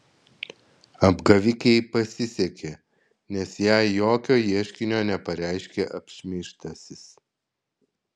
apgavikei pasisekė nes jai jokio ieškinio nepareiškė apšmeižtasis